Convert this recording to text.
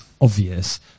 obvious